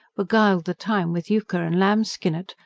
beguiled the time with euchre and lambskinnet,